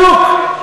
בדיוק.